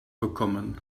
bekommen